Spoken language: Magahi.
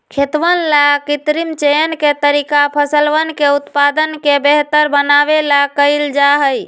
खेतवन ला कृत्रिम चयन के तरीका फसलवन के उत्पादन के बेहतर बनावे ला कइल जाहई